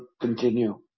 continue